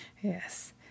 Yes